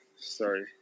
Sorry